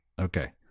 Okay